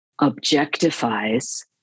objectifies